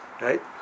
Right